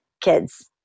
kids